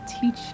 teach